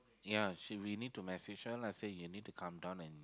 ya should be need to message her lah say you need to come down and